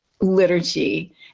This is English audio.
liturgy